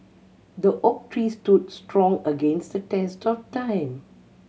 the oak tree stood strong against the test of time